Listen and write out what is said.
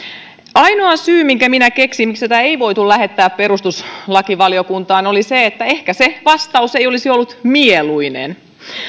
ainoa syy minkä minä keksin miksi tätä ei voitu lähettää perustuslakivaliokuntaan oli se että ehkä se vastaus ei olisi ollut mieluinen